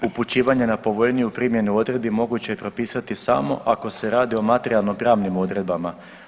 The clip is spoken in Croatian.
Upućivanje na povoljniju primjenu odredbi moguće je propisati samo ako se radi o materijalno pravnim odredbama.